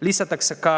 Lisatakse ka